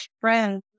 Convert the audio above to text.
friends